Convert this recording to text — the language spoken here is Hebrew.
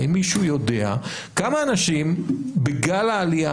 האם מישהו יודע כמה אנשים בגל העלייה